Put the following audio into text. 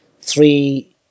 three